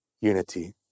unity